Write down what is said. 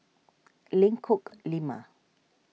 Lengkok Lima